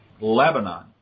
Lebanon